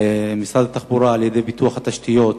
משרד התחבורה על-ידי פיתוח התשתיות